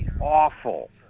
awful